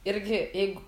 irgi jeigu